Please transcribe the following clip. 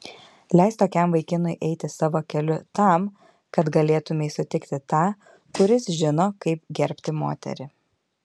leisk tokiam vaikinui eiti savo keliu tam kad galėtumei sutikti tą kuris žino kaip gerbti moterį